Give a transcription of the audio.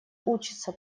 учится